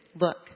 look